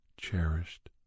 cherished